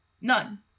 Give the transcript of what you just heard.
None